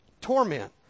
torment